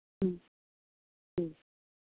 ह्म्म ह्म्म